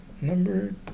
number